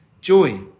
joy